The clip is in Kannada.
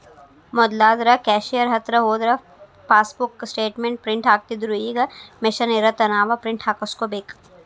ಮೊದ್ಲಾದ್ರ ಕ್ಯಾಷಿಯೆರ್ ಹತ್ರ ಹೋದ್ರ ಫಾಸ್ಬೂಕ್ ಸ್ಟೇಟ್ಮೆಂಟ್ ಪ್ರಿಂಟ್ ಹಾಕ್ತಿತ್ದ್ರುಈಗ ಮಷೇನ್ ಇರತ್ತ ನಾವ ಪ್ರಿಂಟ್ ಹಾಕಸ್ಕೋಬೇಕ